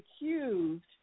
accused